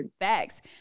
facts